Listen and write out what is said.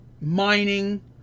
mining